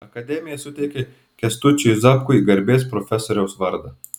akademija suteikė kęstučiui zapkui garbės profesoriaus vardą